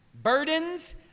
Burdens